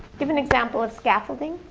give an example of scaffolding.